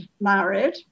married